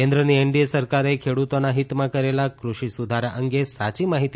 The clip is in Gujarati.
કેન્દ્રની એનડીએ સરકારે ખેડૂતોના હિતમાં કરેલા ક્રષિ સુધારા અંગે સાચી માહિતી